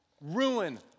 ruin